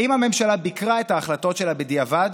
אם הממשלה ביקרה את ההחלטות שלה בדיעבד,